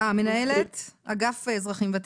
מנהלת אגף אזרחים ותיקים,